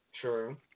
True